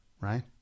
right